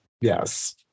Yes